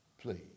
please